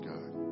God